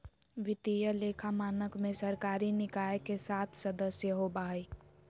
वित्तीय लेखा मानक में सरकारी निकाय के सात सदस्य होबा हइ